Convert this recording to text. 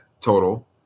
total